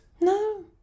No